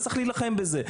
אז צריך להילחם בזה.